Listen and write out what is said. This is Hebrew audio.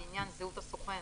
לעניין זהות הסוכן